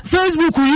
Facebook